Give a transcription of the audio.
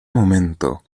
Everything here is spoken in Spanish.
momento